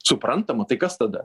suprantama tai kas tada